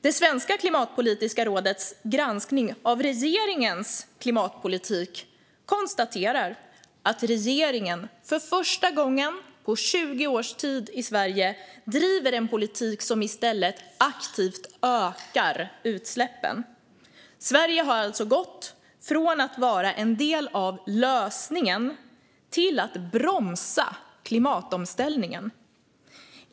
Det svenska Klimatpolitiska rådet konstaterar i sin granskning av regeringens klimatpolitik att regeringen för första gången på 20 års tid driver en politik som i stället aktivt ökar utsläppen. Sverige har alltså gått från att vara en del av lösningen till att bromsa klimatomställningen.